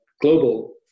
global